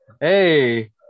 hey